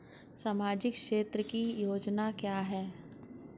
सामाजिक क्षेत्र की योजना क्या है?